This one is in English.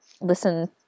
Listen